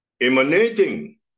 emanating